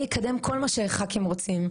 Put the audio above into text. אני אקדם כל מה שח"כים רוצים,